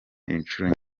inshuro